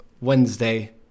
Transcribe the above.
Wednesday